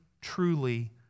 truly